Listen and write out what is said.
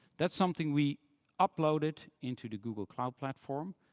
that's something we uploaded into the google cloud platform,